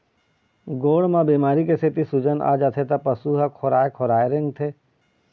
गोड़ म बेमारी के सेती सूजन आ जाथे त पशु ह खोराए खोराए रेंगथे